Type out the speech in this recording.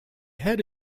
head